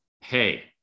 hey